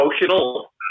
emotional